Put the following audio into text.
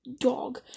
dog